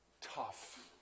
tough